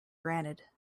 granted